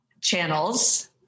channels